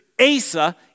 Asa